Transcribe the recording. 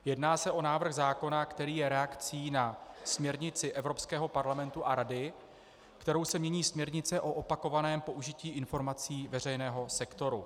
Jedná se o návrh zákona, který je reakcí na směrnici Evropského parlamentu a Rady, kterou se mění směrnice o opakovaném použití informací veřejného sektoru.